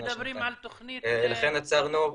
אנחנו מדברים על תוכנית --- ולכן עצרנו,